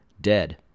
Dead